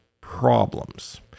problems